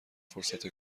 فرصت